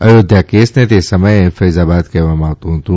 અયોધ્યા કેસને તે સમયે ફૈજાબાદ કહેવામાં આવતું હતું